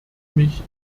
mich